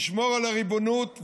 לשמור על הריבונות,